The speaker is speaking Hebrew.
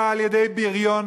הוכתה על-ידי בריון,